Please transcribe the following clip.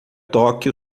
tóquio